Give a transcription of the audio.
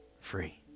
free